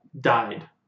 died